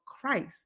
Christ